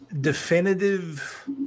definitive